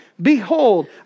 Behold